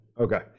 okay